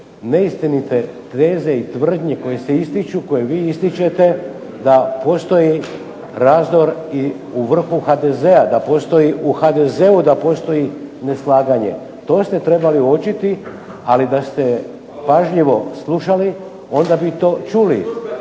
neistinite teze i tvrdnje koje se ističu, koje vi ističete da postoji razdor i u vrhu HDZ-a, da postoji neslaganje. To ste trebali uočiti. Ali da ste pažljivo slušali onda bi to čuli,